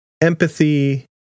empathy